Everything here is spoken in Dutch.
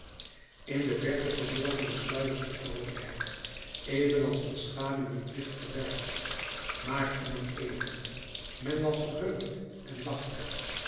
in de verte verborgen de sluiers de vroolijkheid evenals de schaduw het licht verbergt maar om t even men was verheugd en lachte